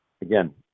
again